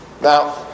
Now